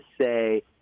say